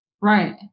right